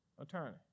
attorney